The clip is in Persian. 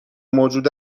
موجود